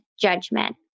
judgment